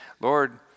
Lord